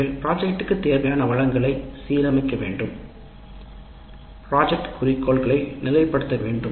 நீங்கள் திட்டத்துக்குத் தேவையான வளங்களை சீரமைக்க வேண்டும் திட்டத்தின் குறிக்கோள்களை நிலைப்படுத்த வேண்டும்